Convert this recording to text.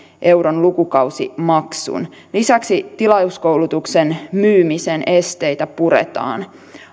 euron lukukausimaksun lisäksi tilauskoulutuksen myymisen esteitä puretaan